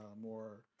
more